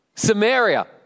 Samaria